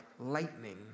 lightning